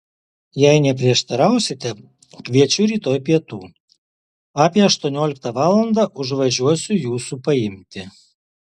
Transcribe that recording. jei neprieštarausite kviečiu rytoj pietų apie aštuonioliktą valandą užvažiuosiu jūsų paimti